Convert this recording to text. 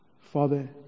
Father